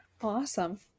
Awesome